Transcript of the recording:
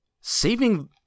Saving